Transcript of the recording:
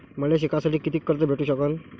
मले शिकासाठी कितीक कर्ज भेटू सकन?